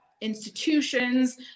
institutions